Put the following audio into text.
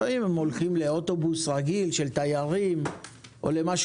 לפעמים הם הולכים לעבוד באוטובוס של תיירים או לעבוד